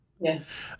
Yes